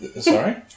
Sorry